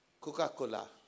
Coca-Cola